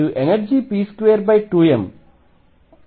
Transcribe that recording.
మరియు energy p22m